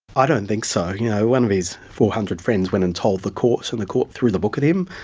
i don't think so. you know one of his four hundred friends went and told the court so the court threw the book at him,